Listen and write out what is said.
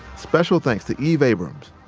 special thanks to eve abrams,